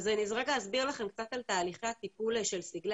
אני רגע אסביר לכם קצת על תהליכי הטיפול של סגלי